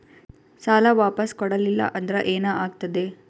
ಸಾಲ ವಾಪಸ್ ಕೊಡಲಿಲ್ಲ ಅಂದ್ರ ಏನ ಆಗ್ತದೆ?